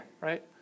Right